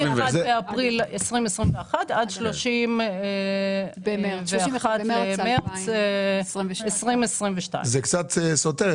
מיום 1 באפריל 2021 עד ליום 31 במרץ 2022. זה קצת סותר,